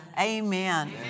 Amen